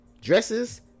dresses